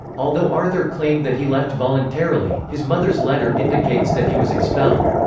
although arthur claimed that he left voluntarily, his mother's letter indicates that he was expelled.